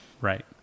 right